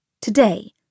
Today